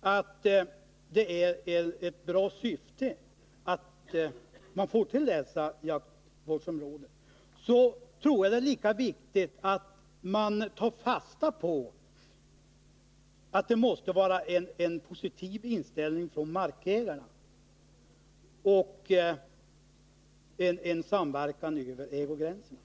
att det är bra att få till stånd jaktvårdsområden är lika viktigt att sedan ta fasta på att det måste vara en positiv inställning från markägarnas sida och en samverkan över ägogränserna.